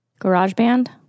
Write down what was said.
GarageBand